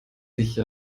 sich